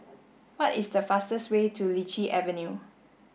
what is the fastest way to Lichi Avenue